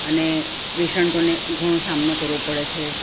અને પેશન્ટોને ઘણો સામનો કરવો પડે છે